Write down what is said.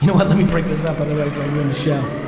you know what let me break this up otherwise i'll ruin the show.